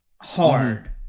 hard